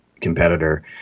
competitor